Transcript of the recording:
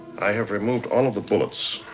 i have removed all of the bullets,